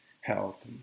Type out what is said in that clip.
health